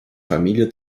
familie